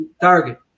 target